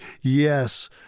yes